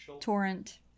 Torrent